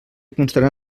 constarà